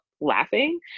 laughing